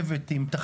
שהוא הדבר